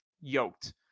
yoked